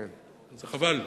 זה חבל.